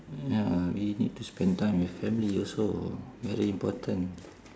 ya we need to spend time with family also very important